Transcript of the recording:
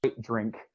drink